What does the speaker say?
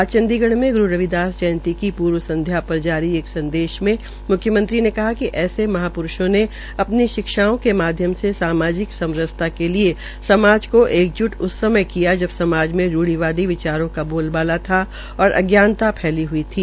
आज चंडीगढ़ में ग्रु रविदास जयंती की प्र्व संध्या पर जारी आज एक संदेश में म्ख्यमंत्री ने कहा कि ऐसे महाप्रुषों ने अपनी शिक्षाओं के माध्यम से सामाजिक समरसता के लिए समाज को एक ज्ट उस समय किया जब समाज में रूढ़ीवादी विचारों का बोलबाला था और अज्ञानता फैली हई थी